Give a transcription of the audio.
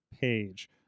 page